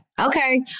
Okay